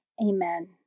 Amen